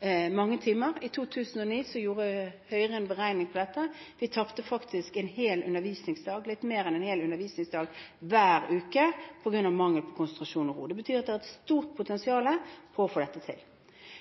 timer. I 2009 gjorde Høyre en beregning på dette som viste at vi tapte faktisk litt mer enn en hel undervisningsdag hver uke på grunn av mangel på konsentrasjon og ro. Det betyr at det er et stort potensial for å få dette til.